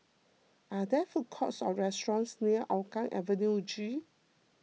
are there food courts or restaurants near Hougang Avenue G